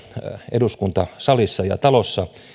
eduskuntasalissa ja talossa